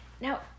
Now